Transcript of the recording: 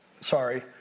Sorry